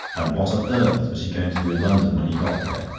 and what on earth was he going to do in london when he got there?